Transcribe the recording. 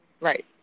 Right